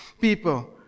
people